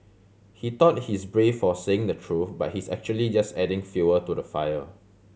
he thought he's brave for saying the truth but he's actually just adding fuel to the fire